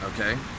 okay